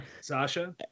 Sasha